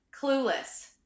Clueless